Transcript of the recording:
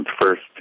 first